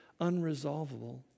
unresolvable